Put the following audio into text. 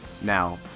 now